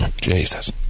Jesus